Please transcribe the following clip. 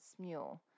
Smule